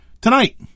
Tonight